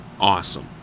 awesome